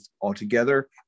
altogether